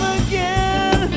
again